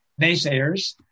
naysayers